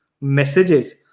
messages